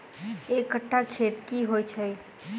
एक कट्ठा खेत की होइ छै?